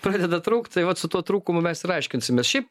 pradeda trūkt tai vat su tuo trūkumu mes aiškinsimės šiaip